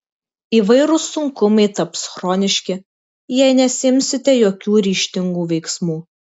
įvairūs sunkumai taps chroniški jei nesiimsite jokių ryžtingų veiksmų